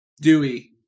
Dewey